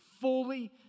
fully